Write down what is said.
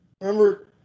remember